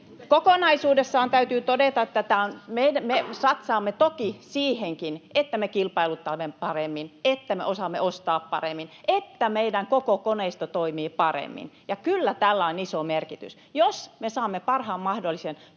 Kokonaisuudessaan täytyy todeta, että me satsaamme toki siihenkin, että me kilpailutamme paremmin, että me osaamme ostaa paremmin, että meidän koko koneisto toimii paremmin. Ja kyllä tällä on iso merkitys. Jos me saamme parhaan mahdollisen